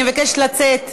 אני מבקשת לצאת.